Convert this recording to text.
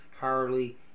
Harley